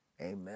Amen